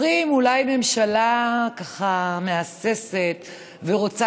אומרים: אולי הממשלה מהססת ורוצה